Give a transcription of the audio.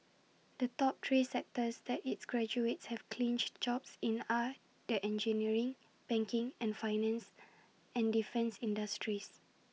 the top three sectors that its graduates have clinched jobs in are the engineering banking and finance and defence industries